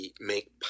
make